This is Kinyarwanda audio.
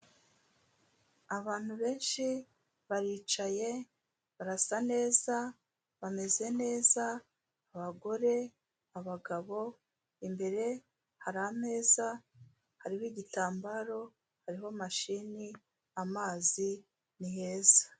Abantu benshi baricaye, barasa neza, bameze neza, abagore, abagabo, imbere hari ameza, hariho igitambaro, hariho mashini, amazi, ni heza.